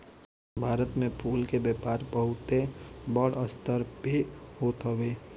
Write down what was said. भारत में फूल के व्यापार बहुते बड़ स्तर पे होत हवे